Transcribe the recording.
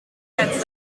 get